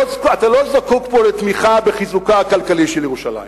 אתה לא זקוק פה לתמיכה בחיזוקה הכלכלי של ירושלים,